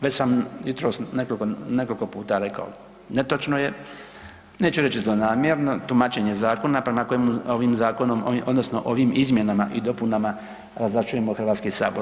Već sam jutros nekoliko puta rekao, netočno je, neću reći zlonamjerno tumačenje zakona prema kojemu ovim zakonom odnosno ovim izmjenama i dopunama razvlašćujemo Hrvatski sabor.